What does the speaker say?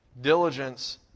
Diligence